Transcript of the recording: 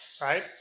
right